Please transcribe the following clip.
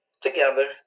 together